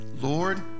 Lord